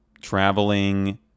traveling